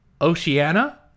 Oceania